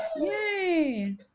yay